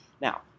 Now